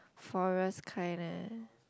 forest kind eh